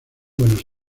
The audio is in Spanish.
buenos